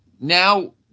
now